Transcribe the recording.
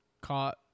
caught